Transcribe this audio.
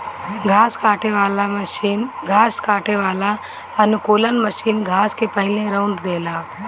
घास काटे वाला अनुकूलक मशीन घास के पहिले रौंद देला